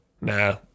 Nah